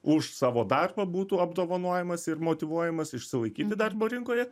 už savo darbą būtų apdovanojamas ir motyvuojamas išsilaikyti darbo rinkoje